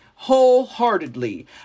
wholeheartedly